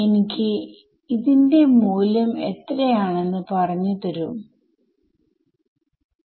നമുക്ക് അത് രണ്ടും ഒരു പോലെ കിട്ടണം അല്ലെങ്കിൽ കുറഞ്ഞത് തെറ്റ് നിയന്ത്രിക്കുക എങ്കിലും വേണം